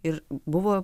ir buvo